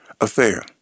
affair